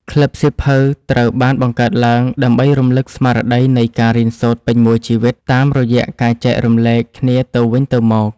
ក្លឹបសៀវភៅត្រូវបានបង្កើតឡើងដើម្បីរំលឹកស្មារតីនៃការរៀនសូត្រពេញមួយជីវិតតាមរយៈការចែករំលែកគ្នាទៅវិញទៅមក។